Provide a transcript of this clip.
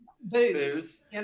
Booze